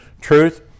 truth